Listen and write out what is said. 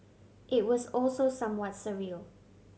it was also somewhat surreal